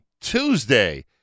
Tuesday